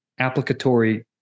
applicatory